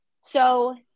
So-